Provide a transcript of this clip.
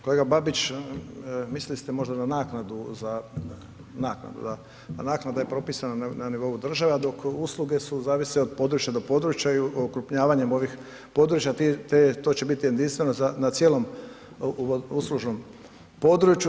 Kolega Babić, mislili ste možda na naknadu za, naknadu da, pa naknada je propisana na nivou države, a dok usluge su, zavisi od područja do područja i okrupnjavanjem ovih područja, to će biti jedinstveno na cijelom uslužnom području.